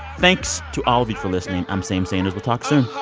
thanks to all of you for listening. i'm sam sanders. we'll talk soon